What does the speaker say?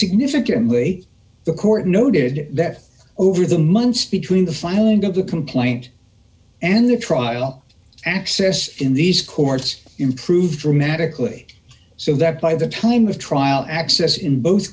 significantly the court noted that over the months between the filing of the complaint and the trial access in these courts improved dramatically so that by the time of trial access in both